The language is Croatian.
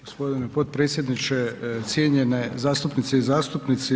Gospodine podpredsjedniče, cijenjene zastupnice i zastupnici.